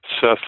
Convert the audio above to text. Seth